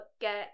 get